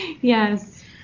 Yes